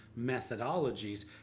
methodologies